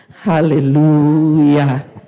Hallelujah